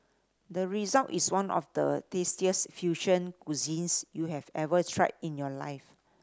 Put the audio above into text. the result is one of the tastiest fusion cuisines you have ever tried in your life